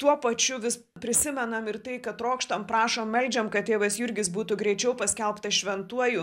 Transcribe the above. tuo pačiu vis prisimenam ir tai kad trokštam prašo meldžiam kad tėvas jurgis būtų greičiau paskelbtas šventuoju